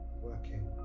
working